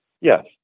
Yes